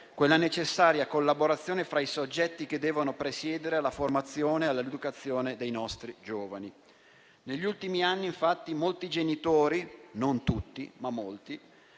quella necessaria collaborazione fra i soggetti che devono presiedere alla formazione e all'educazione dei nostri giovani. Negli ultimi anni infatti molti genitori - non tutti, ma molti